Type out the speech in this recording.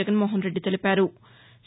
జగన్మోహన్ రెడ్డి తెలిపారు